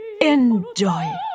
enjoy